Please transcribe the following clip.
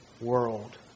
world